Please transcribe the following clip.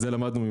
זה למדנו ממך.